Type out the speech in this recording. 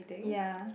ya